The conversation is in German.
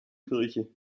kirche